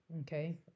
Okay